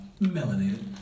melanated